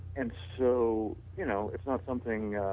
and so you know, it's not something,